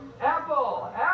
Apple